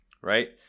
right